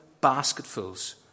basketfuls